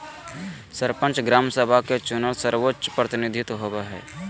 सरपंच, ग्राम सभा के चुनल सर्वोच्च प्रतिनिधि होबो हइ